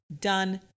Done